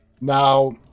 Now